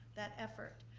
that effort.